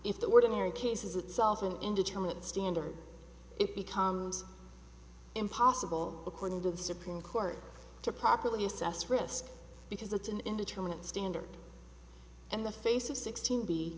if the ordinary case is itself an indeterminate standard it becomes impossible according to the supreme court to properly assess risk because it's an indeterminate standard in the face of sixteen b